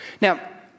Now